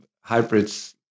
hybrids